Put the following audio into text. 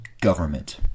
government